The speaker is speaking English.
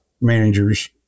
managers